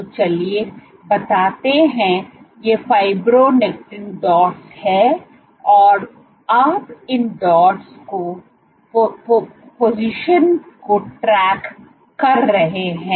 तो चलिए बताते हैं ये फाइब्रोनेक्टिन डॉट्स हैं और आप इन डॉट्स की पोजिशन को ट्रैक कर रहे हैं